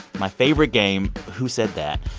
my favorite game, who said that.